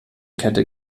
kette